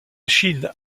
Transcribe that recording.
chine